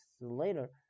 later